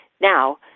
Now